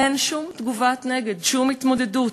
אין שום תגובת נגד, שום התמודדות.